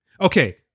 Okay